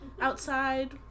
outside